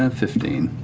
and fifteen.